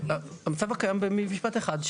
במשפט אחד,